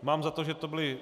Mám za to, že to byly...